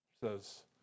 says